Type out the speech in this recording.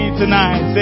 tonight